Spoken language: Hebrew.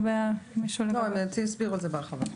לדעתי הסבירו את זה בהרחבה.